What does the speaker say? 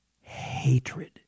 hatred